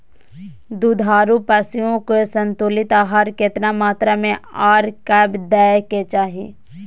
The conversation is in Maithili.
दुधारू पशुओं के संतुलित आहार केतना मात्रा में आर कब दैय के चाही?